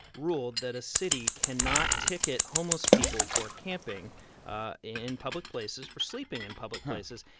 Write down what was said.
ruled that a city cannot ticket homeless people for camping ah in public places, for sleeping in public places,